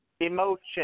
Emotion